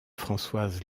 françoise